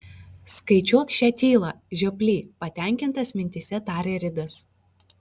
skaičiuok šią tylą žioply patenkintas mintyse tarė ridas